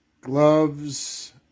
gloves